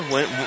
Went